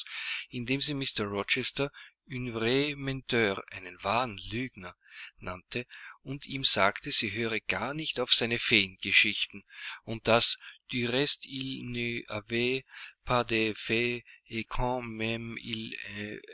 indem sie mr rochester un vrai menteur einen wahren lügner nannte und ihm sagte sie höre gar nicht auf seine feengeschichten und daß du